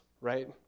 right